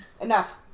Enough